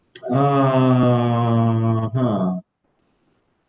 (uh huh)